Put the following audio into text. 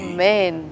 Amen